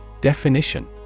definition